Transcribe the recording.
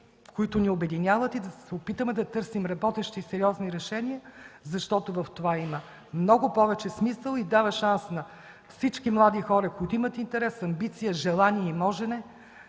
които ни обединяват, и да се опитаме да търсим работещи сериозни решения, защото в това има много повече смисъл и дава шанс на всички млади хора, които имат интерес, амбиция, желание и можене,